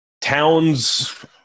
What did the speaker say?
Towns